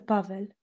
Pavel